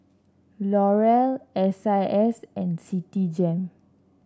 L'Oreal S I S and Citigem